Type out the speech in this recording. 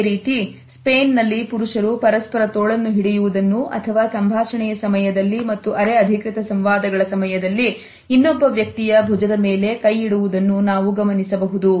ಅದೇ ರೀತಿ ಸ್ಪೇನ್ನಲ್ಲಿ ಪುರುಷರು ಪರಸ್ಪರ ತೋಳನ್ನು ಹಿಡಿಯುವುದನ್ನು ಅಥವಾ ಸಂಭಾಷಣೆಯ ಸಮಯದಲ್ಲಿ ಮತ್ತು ಅರೆ ಅಧಿಕೃತ ಸಂವಾದಗಳ ಸಮಯದಲ್ಲಿ ಇನ್ನೊಬ್ಬ ವ್ಯಕ್ತಿಯ ಭುಜದ ಮೇಲೆ ಕೈ ಇಡುವುದನ್ನು ನಾವು ಗಮನಿಸಬಹುದು